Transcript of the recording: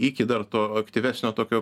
iki dar to aktyvesnio tokio